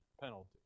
penalty